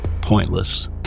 pointless